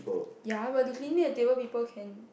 ya but the cleaning the table people can